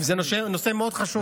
זה נושא מאוד חשוב.